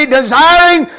desiring